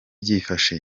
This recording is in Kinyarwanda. byifashe